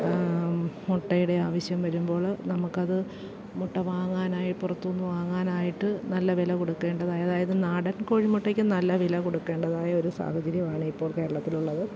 മുട്ടയുടെ ആവശ്യം വരുമ്പോള് നമുക്ക് അത് മുട്ട വാങ്ങാനായി പുറത്തു നിന്ന് വാങ്ങാനായിട്ട് നല്ല വില കൊടുക്കേണ്ടതാണ് അതായത് നാടൻ കോഴിമുട്ടക്ക് നല്ല വില കൊടുക്കണ്ടതായ ഒരു സാഹചര്യമാണിപ്പോൾ കേരളത്തിലുള്ളത്